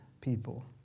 people